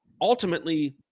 ultimately